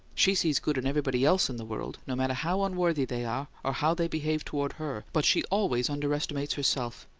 she sees good in everybody else in the world, no matter how unworthy they are, or how they behave toward her but she always underestimates herself.